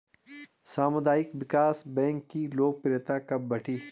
सामुदायिक विकास बैंक की लोकप्रियता कब बढ़ी?